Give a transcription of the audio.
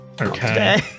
Okay